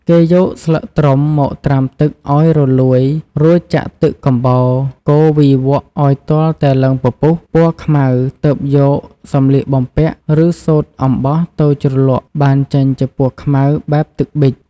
គេយកស្លឹកត្រុំមកត្រាំទឹកឱ្យរលួយរួចចាក់ទឹកកំបោរ កូរវីវក់ឱ្យទាល់តែឡើងពពុះ ពណ៌ខ្មៅទើបយកសម្លៀកបំពាក់ ឬ សូត្រអំបោះទៅជ្រលក់បានចេញជាពណ៌ខ្មៅបែបទឹកប៊ិច។